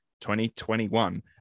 2021